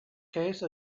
case